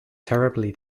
terribly